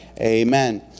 Amen